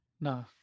No